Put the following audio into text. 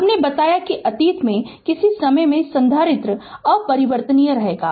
हमने बताया है कि अतीत में किसी समय संधारित्र अपरिवर्तित रहेगा